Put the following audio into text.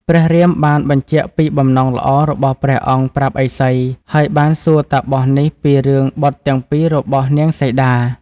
ព្រះរាមបានបញ្ជាក់ពីបំណងល្អរបស់ព្រះអង្គប្រាប់ឥសី ហើយបានសួរតាបសនេះពីរឿងបុត្រទាំងពីររបស់ នាងសីតា។